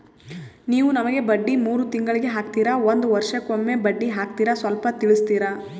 ನೀವು ನಮಗೆ ಬಡ್ಡಿ ಮೂರು ತಿಂಗಳಿಗೆ ಹಾಕ್ತಿರಾ, ಒಂದ್ ವರ್ಷಕ್ಕೆ ಒಮ್ಮೆ ಬಡ್ಡಿ ಹಾಕ್ತಿರಾ ಸ್ವಲ್ಪ ತಿಳಿಸ್ತೀರ?